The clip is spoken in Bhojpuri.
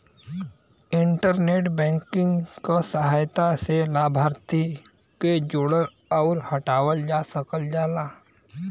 इंटरनेट बैंकिंग क सहायता से लाभार्थी क जोड़ल आउर हटावल जा सकल जाला